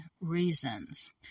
reasons